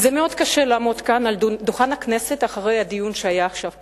מאוד קשה לעמוד כאן על דוכן הכנסת אחרי הדיון שהיה עכשיו כאן.